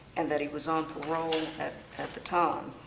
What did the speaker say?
and that he was on parole at at the time,